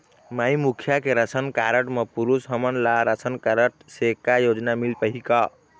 माई मुखिया के ration card म पुरुष हमन ला रासनकारड से का योजना मिल पाही का?